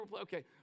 Okay